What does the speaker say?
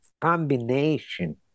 combination